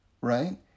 right